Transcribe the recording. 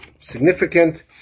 significant